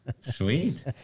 Sweet